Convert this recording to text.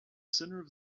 center